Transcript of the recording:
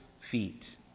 feet